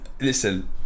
listen